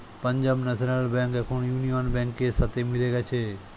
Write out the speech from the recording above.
Punjab national bank এখন union ব্যাংকের সাথে মিলে গেছে